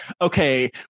okay